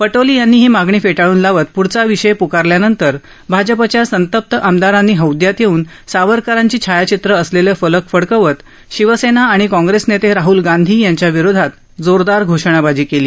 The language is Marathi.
पटोले यांनी ही मागणी फेटाळून लावत प्ढचा विषय प्कारल्यानंतर भाजपाच्या संतप्त आमदारांनी हौद्यात येऊन सावरकरांची छायाचित्रं असलेले फलक फडकवत शिवसेना आणि काँग्रेसचे नेते राहूल गांधी यांच्या विरोधात जोरदार घोषणाबाजी केली